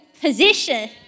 position